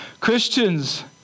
Christians